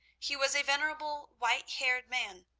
he was a venerable, white-haired man,